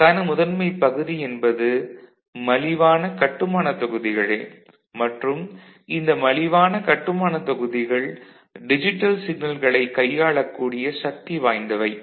அதற்கான முதன்மைப்பகுதி என்பது மலிவான கட்டுமானத் தொகுதிகளே மற்றும் இந்த மலிவான கட்டுமானத் தொகுதிகள் டிஜிட்டல் சிக்னல்களைக் கையாளக்கூடிய சக்தி வாய்ந்தவை